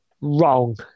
wrong